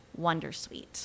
wondersuite